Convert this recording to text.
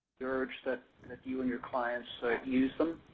urge that you and your clients use them.